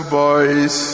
boys